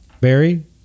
Barry